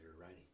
writing